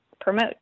Promote